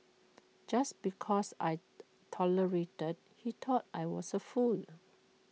just because I tolerated he thought I was A fool